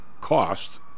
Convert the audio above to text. cost